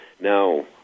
Now